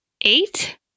Eight